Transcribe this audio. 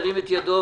ירים את ידו.